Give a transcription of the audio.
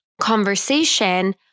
conversation